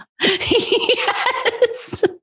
Yes